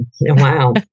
Wow